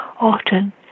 often